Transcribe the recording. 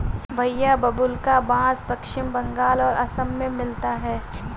भईया बाबुल्का बास पश्चिम बंगाल और असम में मिलता है